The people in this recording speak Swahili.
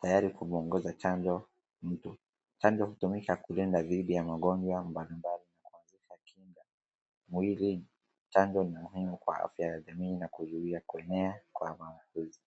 tayari kumuongeza chanjo mtu, chanjo hutumika kulinda dhidi ya magonjwa mbalimbali kuongeza kinga mwilini chanjo ina umuhimu katika kinga ya jamii na kuzuia kuenea kwa mavirusi.